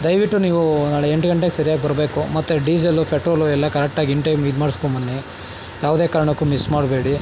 ದಯವಿಟ್ಟು ನೀವು ನಾಳೆ ಎಂಟು ಗಂಟೆಗೆ ಸರಿಯಾಗಿ ಬರಬೇಕು ಮತ್ತು ಡೀಸಲು ಫೆಟ್ರೋಲು ಎಲ್ಲ ಕರೆಕ್ಟಾಗಿ ಇನ್ ಟೈಮ್ ಇದು ಮಾಡ್ಸ್ಕೊಂಬನ್ನಿ ಯಾವುದೇ ಕಾರಣಕ್ಕೂ ಮಿಸ್ ಮಾಡಬೇಡಿ